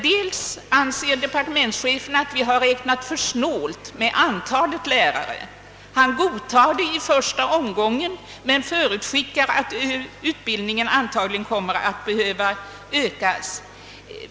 Departementschefen anser att vi har varit för snåla vid vår beräkning av antalet lärare. Han godtar den i första omgången, men förutskickar att utbildningen antagligen kommer att behöva ökas.